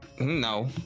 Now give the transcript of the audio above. No